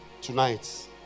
Tonight